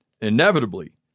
Inevitably